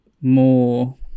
more